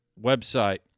website